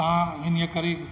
तव्हां इन करे